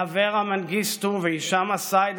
ואברה מנגיסטו והישאם א-סייד,